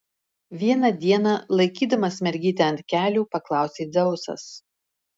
vieną dieną laikydamas mergytę ant kelių paklausė dzeusas